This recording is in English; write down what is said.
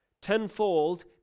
tenfold